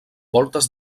voltes